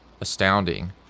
astounding